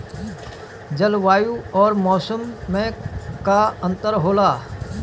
जलवायु और मौसम में का अंतर होला?